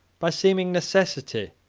by seeming necessity,